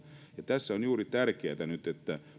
ja tässä on nyt tärkeätä juuri se että